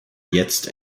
jetzt